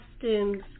costumes